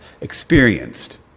experienced